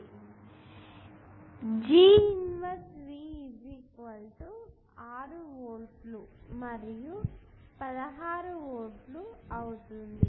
ఇది G 1V 6 వోల్ట్లు మరియు 16 వోల్ట్లు అవుతుంది